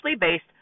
based